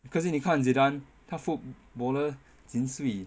可是你看 zidane 他 footballer jin sui